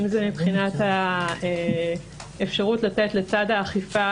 אם זה מבחינת האפשרות לתת לצד האכיפה